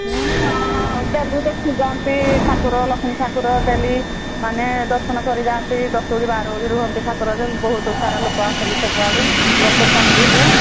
ହୁଁ ଠାକୁର ଲକ୍ଷ୍ମୀ ଠାକୁର ଡେଲି ମାନେ ଦର୍ଶନ କରି ଯାଆନ୍ତି ଦଶ ଓଳି ବାର ଓଳି ରୁହନ୍ତି ଠାକୁର ଯେ ବହୁତ ସାରା ଲୋକ ଆସନ୍ତି ସବୁଆଡ଼ୁ ପ୍ରସେସନ ବି ହୁଏ